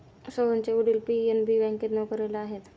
सोहनचे वडील पी.एन.बी बँकेत नोकरीला आहेत